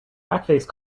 backface